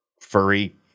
furry